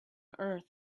earth